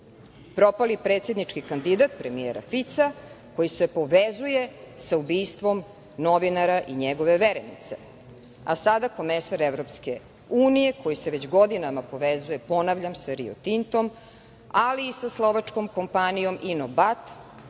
Propali predsednički kandidat premijera Fica, koji se povezuje sa ubistvom novinara i njegove verenice, a sada komesar EU, koji se već godinama povezuje, ponavljam, sa „Rio Tintom“, ali i sa slovačkom kompanijom „Ino bat“,